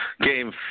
Game